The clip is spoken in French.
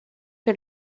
que